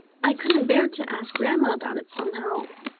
i couldn't bear to ask grandma about it somehow,